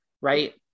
right